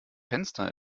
fenster